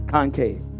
Concave